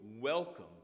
welcome